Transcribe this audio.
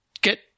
get